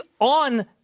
on